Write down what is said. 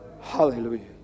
Hallelujah